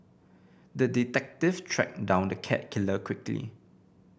the detective tracked down the cat killer quickly